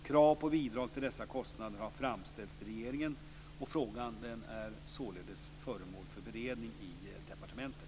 Krav på bidrag till dessa kostnader har framställts till regeringen. Frågan är således föremål för beredning i departementet.